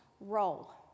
role